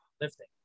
lifting